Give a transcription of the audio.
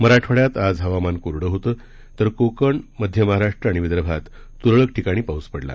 मराठवाङ्यात आज हवामान कोरड होत तर कोकण गोवा मध्य महाराष्ट्र आणि विदर्भात तुरळक ठिकाणी पाऊस पडला